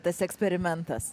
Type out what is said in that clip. tas eksperimentas